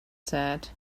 said